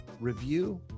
review